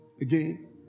Again